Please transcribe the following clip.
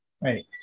Right